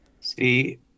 See